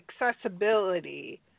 accessibility